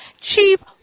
chief